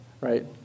right